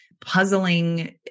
puzzling